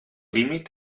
límit